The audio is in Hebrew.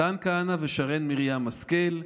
מתן כהנא ושרן מרים השכל,